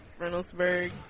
Reynoldsburg